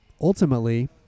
Ultimately